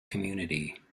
community